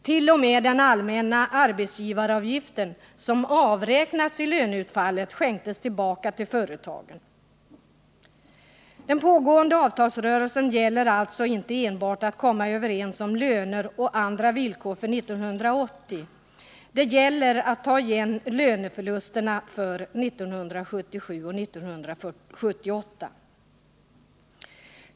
T. o. m. den allmänna arbetsgivaravgiften, som avräknats i löneutfallet, skänktes tillbaka till företagen. Den pågående avtalsrörelsen gäller alltså inte enbart att komma överens om löner och andra villkor för 1980. Det gäller att ta igen löneförlusterna för 1977 och 1978.